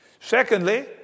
Secondly